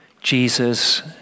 Jesus